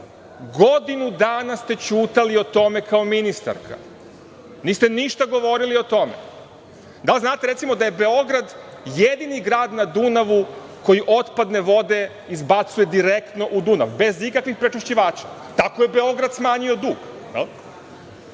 dana ste ćutali o tome, kao ministarka. Niste ništa govorili o tome. Da li znate, recimo, da je Beograd jedini grad na Dunavu koji otpadne vode izbacuje direktno u Dunav, bez ikakvih prečišćivača? Tako je Beograd smanjio